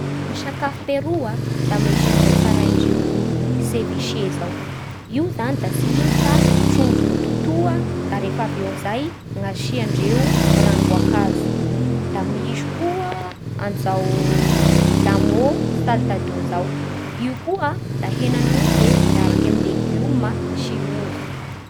Ny sakafo peroa da misy an'izao tsaraindreo ceviche izao. Io zany da tsy ino fa trondro nototoa da refaveo amin'izay asiandreo ranom-boankazo. Da misy koa an'izao lomo saltado izao. Io koa da henan'omby e miaraky amin'ny legioma sy ovy.